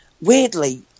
weirdly